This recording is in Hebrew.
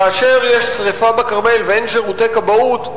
כאשר יש שרפה בכרמל ואין שירותי כבאות,